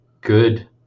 good